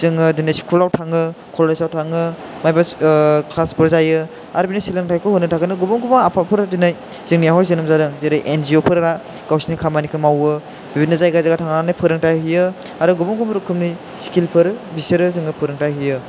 जोङो दिनै स्कुलाव थाङो कलेजाव थाङो बा क्लासफोर जायो आर बिदि सोलोंथाइखौ होनो थाखायनो गुबुन गुबुन आफादफोरा दिनै जोंनियाव हाय जोनोम जादों जेरै एनजिअफोरा गावसिनियाव खामानि मावो बेबादिनो जायगा जायगा थांनानै फोरोंथाइ हैयो आरो गुबुन गुबुन रोखोमनि स्किलफोर बिसोरो जोंनो फोरोंथाइ होयो